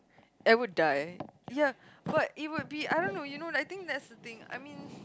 I would die ya but it would be I don't know you know like think that's the thing I mean